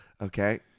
Okay